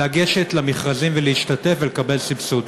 לגשת למכרזים ולהשתתף ולקבל סבסוד?